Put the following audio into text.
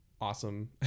Awesome